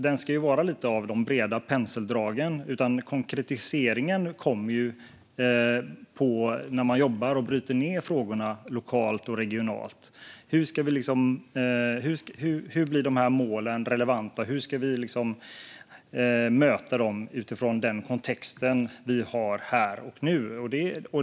Den ska lite grann ge de breda penseldragen, och sedan kommer konkretiseringen när man jobbar med och bryter ned frågorna lokalt och regionalt: Hur blir de här målen relevanta? Hur ska vi möta dem utifrån den kontext vi har här och nu?